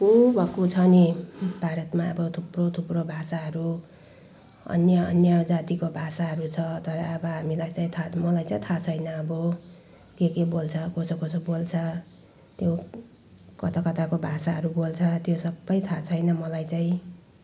भक्कु भक्कु छ नि भारतमा अब थुप्रो थुप्रो भाषाहरू अन्य अन्य जातिको भाषाहरू छ तर अब हामीलाई चाहिँ थाहा मलाई चाहिँ थाहा छैन अब के के बोल्छ कसो कसो बोल्छ त्यो कता कताको भाषाहरू बोल्छ त्यो सबै थाहा छैन मलाई चाहिँ